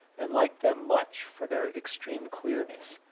and liked them much for their extreme clearness,